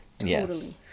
Yes